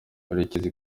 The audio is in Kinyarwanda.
murekezi